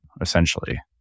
essentially